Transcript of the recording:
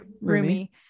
Roomy